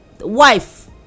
wife